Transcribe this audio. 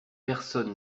personne